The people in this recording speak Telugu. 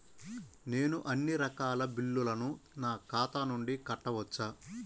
నేను అన్నీ రకాల బిల్లులను నా ఖాతా నుండి కట్టవచ్చా?